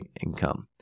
income